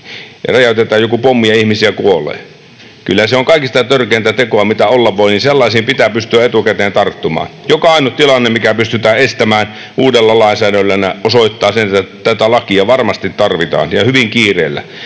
ja räjäytetään joku pommi ja ihmisiä kuolee? Kyllä se on kaikista törkein teko mitä olla voi, ja sellaisiin pitää pystyä etukäteen tarttumaan. Joka ainut tilanne, mikä pystytään estämään uudella lainsäädännöllä, osoittaa sen, että tätä lakia varmasti tarvitaan ja hyvin kiireellä.